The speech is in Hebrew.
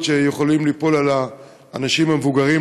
שיכולות ליפול על האנשים המבוגרים,